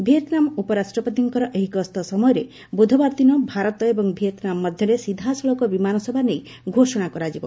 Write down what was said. Vietnam ଉପରାଷ୍ଟ୍ରପତିଙ୍କ ଏହି ଗସ୍ତ ସମୟରେ ବୁଧବାର ଦିନ ଭାରତ ଏବଂ ଭିଏତ୍ନାମ୍ ମଧ୍ୟରେ ସିଧାସଳଖ ବିମାନସେବା ନେଇ ଘୋଷଣା କରାଯିବ